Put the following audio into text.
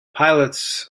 pilots